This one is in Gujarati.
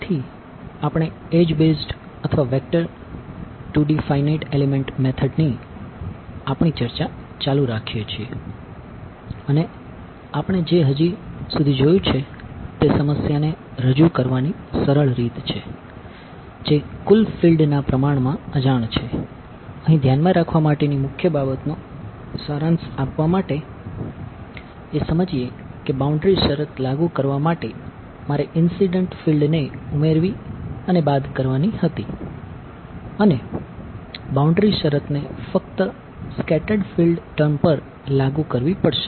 તેથી આપણે એડ્જ બેઝ્ડ ટર્મ પર લાગુ કરવી પડશે